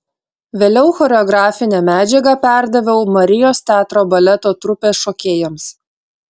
vėliau choreografinę medžiagą perdaviau marijos teatro baleto trupės šokėjams